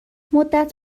مدت